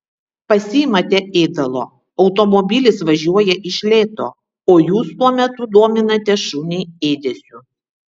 pasiimate ėdalo automobilis važiuoja iš lėto o jūs tuo metu dominate šunį ėdesiu